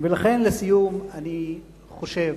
ולכן, לסיום, אני חושב